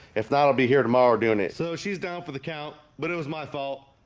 if not, i'll be here tomorrow doing it so she's down for the count, but it was my fault